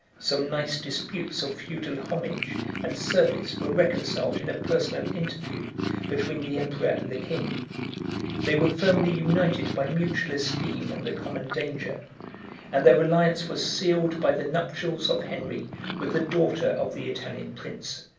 some nice disputes of feudal homage and service were reconciled in a personal interview between the emperor and the king they were firmly united by mutual esteem and the common danger and their alliance was sealed by the nuptials of henry with the daughter of the italian prince.